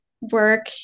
work